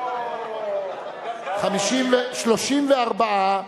סעיף 2,